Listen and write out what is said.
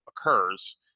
occurs –